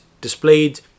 displayed